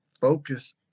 Focus